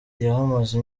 yahamaze